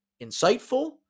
insightful